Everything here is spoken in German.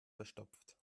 verstopft